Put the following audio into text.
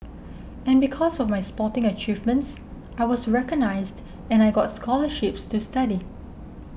and because of my sporting achievements I was recognised and I got scholarships to study